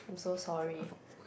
I'm so sorry